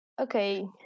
Okay